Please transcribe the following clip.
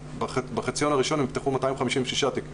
בחציון הראשון, נפתחו 256 תיקים.